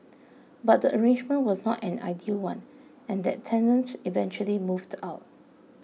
but the arrangement was not an ideal one and that tenant eventually moved out